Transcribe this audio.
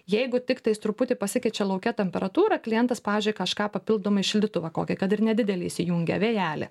jeigu tiktais truputį pasikeičia lauke temperatūra klientas pavyzdžiui kažką papildomai šildytuvą kokį kad ir nedidelį įsijungia vėjelį